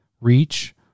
reach